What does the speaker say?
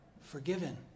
forgiven